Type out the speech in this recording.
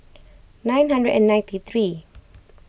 nine hundred and ninety three